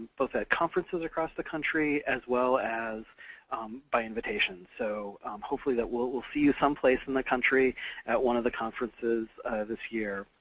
both at conferences across the country as well as by invitation, so hopefully that we'll we'll see you someplace in the country at one of the conferences this year.